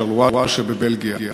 בשרלרואה שבבלגיה.